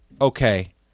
Okay